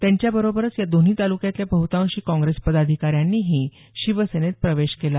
त्यांच्या बरोबरच या दोन्ही तालुक्यातल्या बहुतांशी काँग्रेस पदाधिकाऱ्यांनीही शिवसेनेत प्रवेश केला